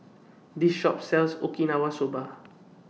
This Shop sells Okinawa Soba